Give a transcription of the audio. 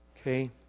Okay